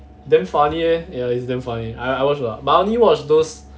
damn funny eh ya it's damn funny I watch a lot but I only watch those